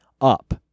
up